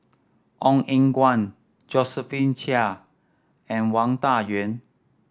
Ong Eng Guan Josephine Chia and Wang Dayuan